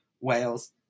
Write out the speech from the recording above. Wales